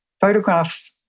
photograph